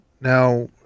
Now